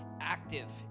active